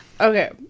Okay